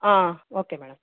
okay madam